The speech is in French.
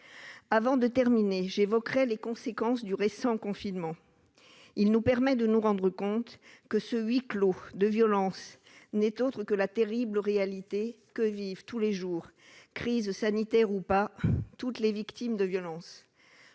Avant de conclure, j'évoquerai les conséquences du récent confinement. Il nous permet de nous rendre compte que ce huis clos de violences n'est autre que la terrible réalité que vivent tous les jours, crise sanitaire ou pas, toutes les victimes de violences.